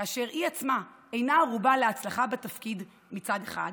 כאשר היא עצמה אינה ערובה להצלחה בתפקיד מצד אחד